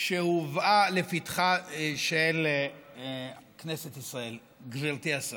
שהובאה לפתחה של כנסת ישראל, גברתי השרה.